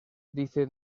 dice